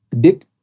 Dick